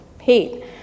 hate